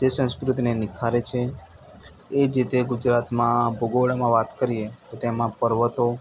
જે સંસ્કૃતિને નિખારે છે એ જે તે ગુજરાતમાં ભૂગોળમાં વાત કરીએ તો તેમાં પર્વતો